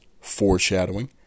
foreshadowing